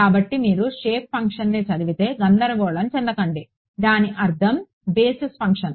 కాబట్టి మీరు షేప్ ఫంక్షన్ని చదివితే గందరగోళం చెందకండి దీని అర్థం బేసిస్ ఫంక్షన్